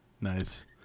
Nice